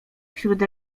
wśród